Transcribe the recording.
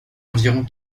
environ